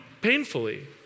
painfully